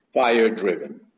fire-driven